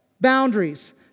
boundaries